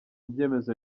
byemezo